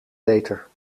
beter